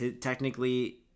technically